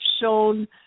shown